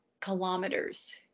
kilometers